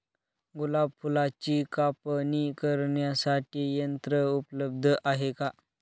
गुलाब फुलाची कापणी करण्यासाठी यंत्र उपलब्ध आहे का?